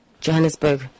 Johannesburg